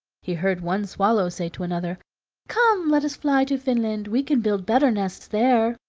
he heard one swallow say to another come, let us fly to finland we can build better nests there.